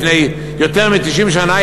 לפני יותר מ-90 שנה,